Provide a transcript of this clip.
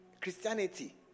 Christianity